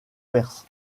perse